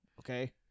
Okay